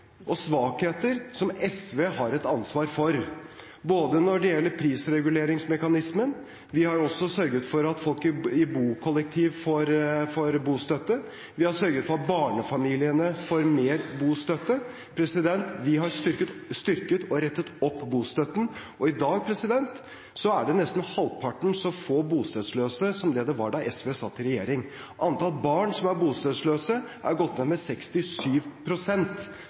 og svakheter som SV har et ansvar for. Det gjelder prisreguleringsmekanismen, vi har sørget for at folk i bokollektiv får bostøtte, og vi har sørget for at barnefamiliene får mer bostøtte. Vi har styrket og rettet opp bostøtten, og i dag er det nesten halvparten så mange bostedsløse som det var da SV satt i regjering. Antall barn som er bostedsløse, har gått ned med